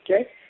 okay